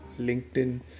LinkedIn